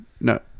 no